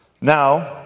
Now